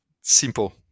simple